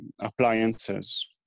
appliances